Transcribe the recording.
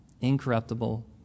incorruptible